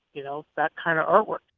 y'know, that kind of artwork?